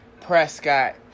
Prescott